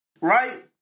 right